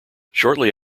shortly